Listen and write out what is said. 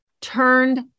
turned